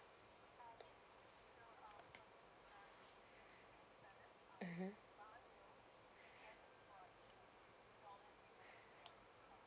mmhmm